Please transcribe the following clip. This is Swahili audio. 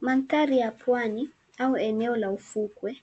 Mandhari ya pwani au eneo la ufukwe,